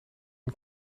een